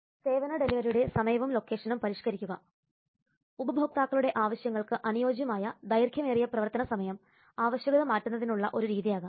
സേവന ഡെലിവറിയുടെ സമയവും ലൊക്കേഷനും പരിഷ്ക്കരിക്കുക ഉപഭോക്താക്കളുടെ ആവശ്യങ്ങൾക്ക് അനുയോജ്യമായ ദൈർഘ്യമേറിയ പ്രവർത്തന സമയം ആവശ്യകത മാറ്റുന്നതിനുള്ള ഒരു രീതിയാകാം